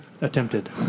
attempted